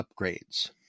upgrades